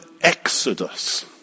exodus